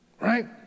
right